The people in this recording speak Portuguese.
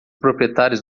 proprietários